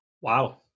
wow